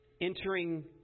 entering